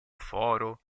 foro